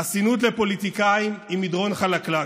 חסינות לפוליטיקאים היא מדרון חלקלק.